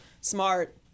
Smart